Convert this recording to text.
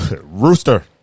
Rooster